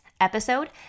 episode